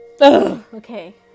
Okay